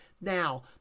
now